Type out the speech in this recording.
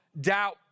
doubt